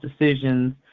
decisions